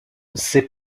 ses